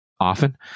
often